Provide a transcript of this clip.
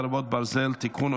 חרבות ברזל) (תיקון,